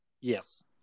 Yes